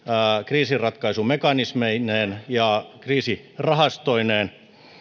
kriisinratkaisumekanismeineen ja kriisirahastoineen